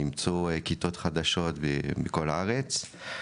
נמצאו כיתות חדשות בכל הארץ.